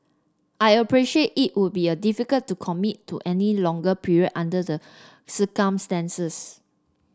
I appreciate it would be a difficult to commit to any longer period under the circumstances